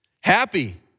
Happy